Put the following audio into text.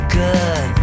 good